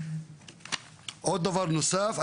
עוד דבר נוסף,